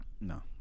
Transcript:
No